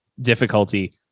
difficulty